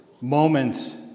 moment